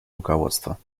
руководства